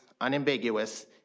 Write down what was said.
unambiguous